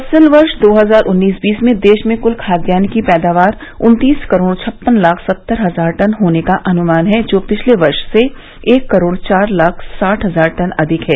फसल वर्ष दो हजार उन्नीस बीस में देश में क्ल खाद्यान्न की पैदावार उन्तीस करोड़ छप्पन लाख सत्तर हजार टन होने का अनुमान है जो पिछले वर्ष से एक करोड़ चार लाख साठ हजार टन अधिक है